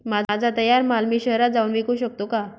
माझा तयार माल मी शहरात जाऊन विकू शकतो का?